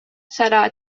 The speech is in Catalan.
serà